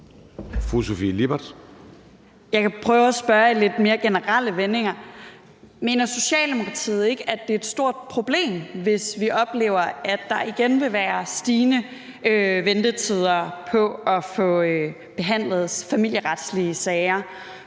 Jeg kan prøve at spørge i lidt mere generelle vendinger: Mener Socialdemokratiet ikke, at det er et stort problem, hvis vi oplever, at der igen vil være stigende ventetider på at få behandlet familieretslige sager,